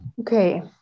Okay